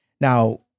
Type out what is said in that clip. now